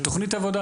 תוכנית עבודה.